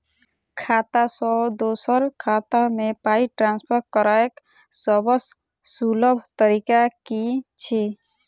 खाता सँ दोसर खाता मे पाई ट्रान्सफर करैक सभसँ सुलभ तरीका की छी?